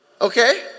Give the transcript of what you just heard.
Okay